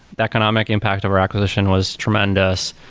the economic impact of our acquisition was tremendous.